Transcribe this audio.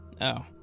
Oh